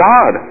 God